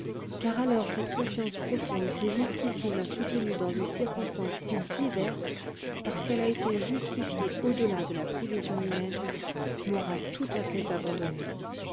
car alors cette confiance profonde qui jusqu'ici m'a soutenue dans des circonstances si diverses parce qu'elle a été justifiée au delà de la prévision humaine m'aura tout à fait abandonnée